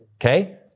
okay